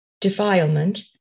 Defilement